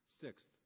sixth